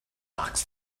box